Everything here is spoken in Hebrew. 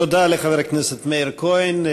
תודה לחבר הכנסת מאיר כהן.